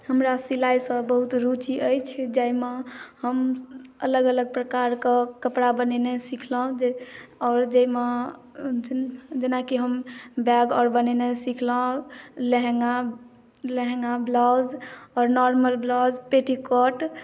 हमरा सिलाइ सँ बहुत रूचि अछि जाहिमे हम अलग अलग प्रकार के कपड़ा बनेनाइ सिखलहुॅं आओर जाहिमे जेनाकी हम बैग आर बनेनाइ सिखलहुॅं लेहॅंगा ब्लाउज आओर नार्मल ब्लाउज पेटीकोट